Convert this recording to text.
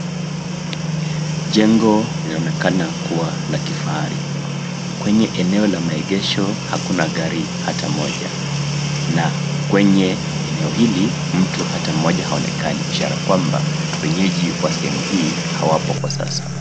Jengo linaonekana kuwa la kifahari. Kwenye eneo ya maegesho, hakuna gari hata moja. Na kwenye eneo hili, mtu hata mmoja haonekani. Ishara kwamba wenyeji wa sehemu hii hawapo kwa sasa.